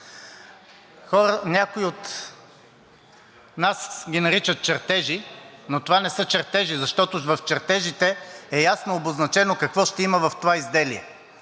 Някои от нас ги наричат чертежи, но това не са чертежи, защото в чертежите е ясно обозначено какво ще има в това изделие.